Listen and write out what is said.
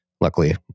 Luckily